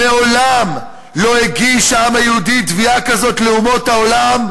מעולם לא הגיש העם היהודי תביעה כזאת לאומות העולם,